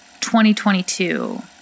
2022